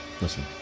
Listen